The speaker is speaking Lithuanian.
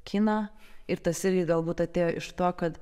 kiną ir tas irgi galbūt atėjo iš to kad